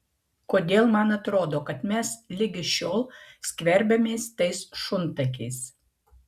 kodėl man atrodo kad mes ligi šiol skverbiamės tais šuntakiais